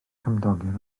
cymdogion